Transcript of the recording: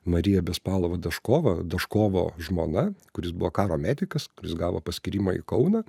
marija bespalova daškova daškovo žmona kuris buvo karo medikas kuris gavo paskyrimą į kauną